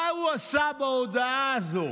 מה הוא עשה בהודעה הזו?